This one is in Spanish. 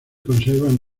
conservan